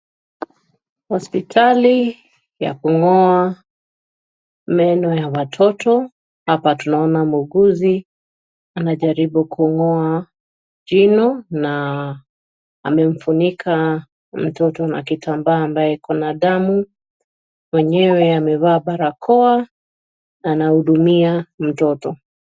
Hospitali ya kung'oa meno ya watoto. Hapa tunaona mwunguzi anjaribu kung'oa jino na amemfunika mtoto na kitambaa ambaye iko na damu. Mwenyewe amevaa barakoa na anahudumia mtoto.